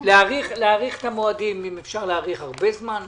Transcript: להאריך את המועדים, אם אפשר להאריך הרבה זמן,